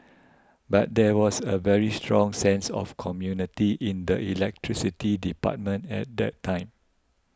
but there was a very strong sense of community in the electricity department at that time